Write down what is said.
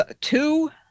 Two